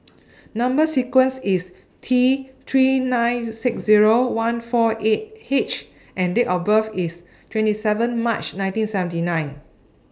Number sequence IS T three nine six Zero one four eight H and Date of birth IS twenty seven March nineteen seventy nine